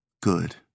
Good